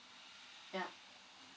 ya